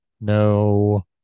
no